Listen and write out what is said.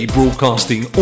Broadcasting